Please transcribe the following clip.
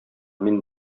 мин